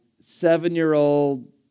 seven-year-old